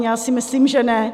Já si myslím, že ne.